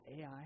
Ai